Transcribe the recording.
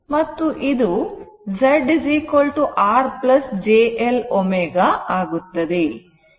ಮತ್ತು ಇದು ZR j L ω ಆಗುತ್ತದೆ